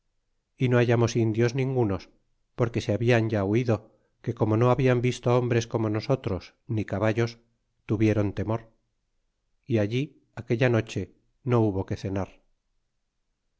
y no hallamos indios ningunos porque se hablan ya huido que como no hablan visto hombres como nosotros ni caballos tuvieron temor y allí aquella noche no hubo que cenar